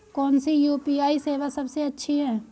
कौन सी यू.पी.आई सेवा सबसे अच्छी है?